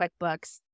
QuickBooks